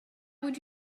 would